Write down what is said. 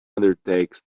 undertakes